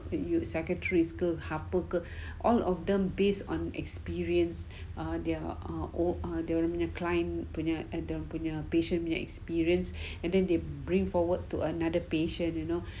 it you'd secretaries apa ke all of them based on experience or dia orang punya client punya patients punya experience and then they bring forward to another patient you know